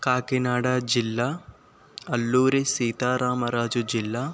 కాకినాడ జిల్లా అల్లూరి సీతారామరాజు జిల్లా